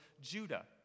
Judah